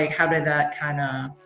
how did that. kind of